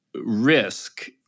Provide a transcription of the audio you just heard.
risk